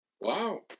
Wow